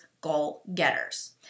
goal-getters